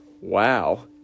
wow